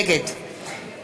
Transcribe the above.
נגד